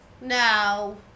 no